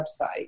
website